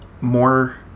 more